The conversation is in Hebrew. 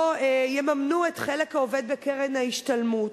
לא יממנו את חלק העובד בקרן ההשתלמות,